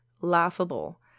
laughable